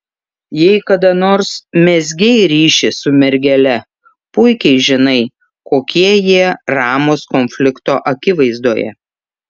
jei kada nors mezgei ryšį su mergele puikiai žinai kokie jie ramūs konflikto akivaizdoje